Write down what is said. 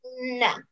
No